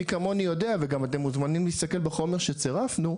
מי כמוני יודע וגם אתם מוזמנים להסתכל בחומר שצירפנו,